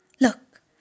Look